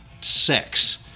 sex